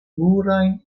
plurajn